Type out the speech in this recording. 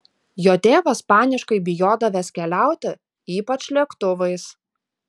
jo tėvas paniškai bijodavęs keliauti ypač lėktuvais